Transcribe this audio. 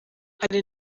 hari